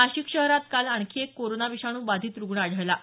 नाशिक शहरात काल आणखी एक कोरोना विषाणू बाधित रुग्ण आढळला आहे